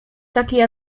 takiej